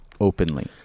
openly